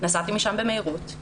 נסעתי משם במהירות,